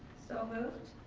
so moved.